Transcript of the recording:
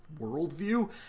worldview